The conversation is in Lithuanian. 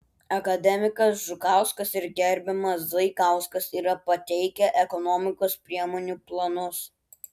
akademikas žukauskas ir gerbiamas zaikauskas yra pateikę ekonomikos priemonių planus